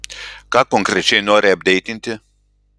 ką konkrečiai nori apdeitinti